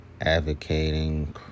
advocating